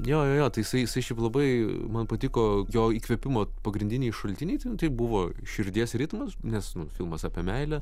jo jo jo tai jisai jisai šiaip labai man patiko jo įkvėpimo pagrindiniai šaltiniai ten tai buvo širdies ritmas nes nu filmas apie meilę